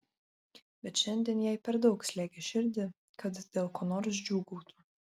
bet šiandien jai per daug slėgė širdį kad dėl ko nors džiūgautų